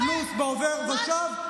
הוא לא יכול לפתח מגורים, אין לו מסחר.